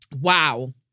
Wow